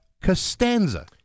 Costanza